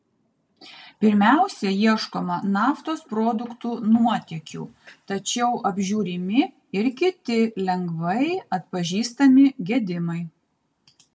pirmiausia ieškoma naftos produktų nuotėkių tačiau apžiūrimi ir kiti lengvai atpažįstami gedimai